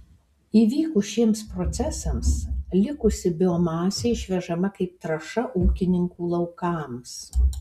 įvykus šiems procesams likusi biomasė išvežama kaip trąša ūkininkų laukams